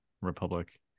republic